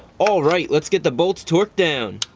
all right, let's get the bolts torqued down.